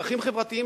צרכים חברתיים,